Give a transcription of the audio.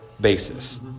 basis